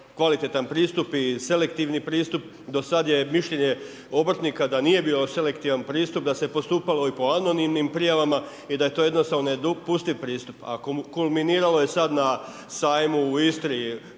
kvalitetan pristup i selektivni pristup, do sad je mišljenje obrtnika da nije bio selektivan pristup, da se postupalo i po anonimnim prijavama i da je to jednostavno nedopustiv pristup a kulminiralo je sad na sajmu u Istri